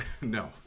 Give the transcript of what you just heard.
No